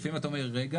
לפעמים אתה אומר רגע,